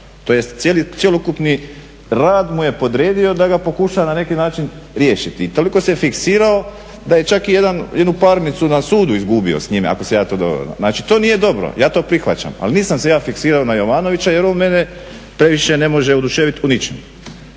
tj. cjelokupni rad mu je podredio da ga pokuša na neki način riješiti. I toliko se fiksirao da je čak i jednu parnicu na sudu izgubio s njime ako sam ja to dobro. Znači to nije dobro. Ja to prihvaćam, ali nisam se ja fiksirao na Jovanovića jer on mene previše ne može oduševiti u ničemu.